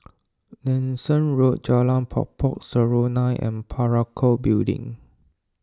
Nanson Road Jalan Pokok Serunai and Parakou Building